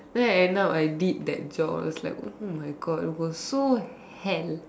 then end up I did that job it was like oh my God it was so hell